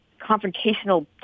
confrontational